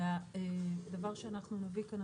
והדבר שאנחנו נביא כאן,